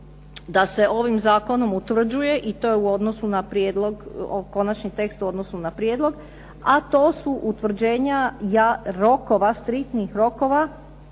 da se ovim zakonom utvrđuje i to je u odnosu na prijedlog, konačni tekst u odnosu na prijedlog a to su utvrđenja rokova, striktnih rokova